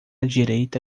direita